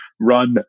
run